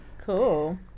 Cool